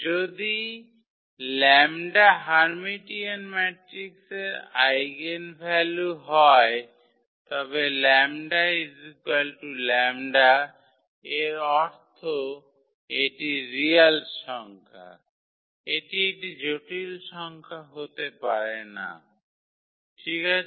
যদি 𝜆 হর্মিটিয়ান ম্যাট্রিক্সের আইগেনভ্যালু হয় তবে 𝜆𝜆 এর অর্থ এটি রিয়াল সংখ্যা এটি একটি জটিল সংখ্যা হতে পারে না ঠিক আছে